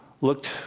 looked